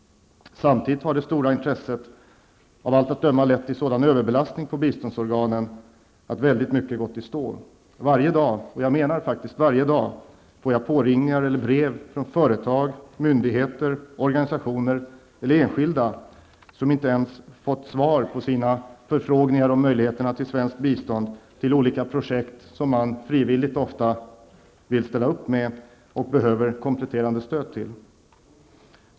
Samtidigt har det stora intresset av allt att döma lett till en sådan överbelastning av biståndsorganen att väldigt mycket gått i stå. Varje dag -- och jag menar faktiskt varje dag -- får jag påringningar eller brev från företag, myndigheter, organisationer eller enskilda som inte ens fått svar på sina förfrågningar om möjligheterna till svenskt bistånd till olika projekt som man, ofta frivilligt, vill ställa upp med och behöver kompletterande stöd till.